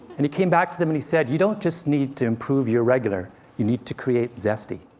and he came back to them and he said, you don't just need to improve your regular you need to create zesty.